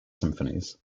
symphonies